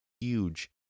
huge